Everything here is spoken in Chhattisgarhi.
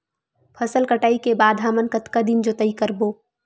फसल कटाई के बाद हमन कतका दिन जोताई करबो?